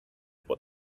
what